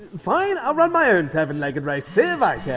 fine, i'll run my own seven legged race! see if i yeah